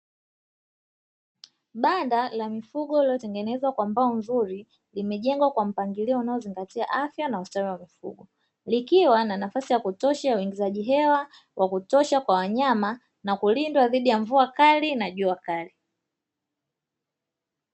Banda la mifugo lililotengenezwa kwa mbao nzuri, limejengwa kwa mapngilio unaozingatia afya na ustawi wa mifugo, likiwa na nafasi ya kutosha la uingizaji hewa wa kutosha kwa wanyama, na kulindwa dhidi ya mvua kali na jua kali.